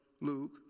Luke